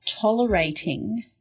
tolerating